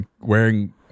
wearing